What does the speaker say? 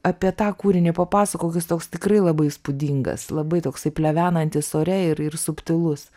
apie tą kūrinį papasakok jis toks tikrai labai įspūdingas labai toksai plevenantis ore ir ir subtilus